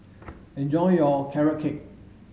enjoy your carrot cake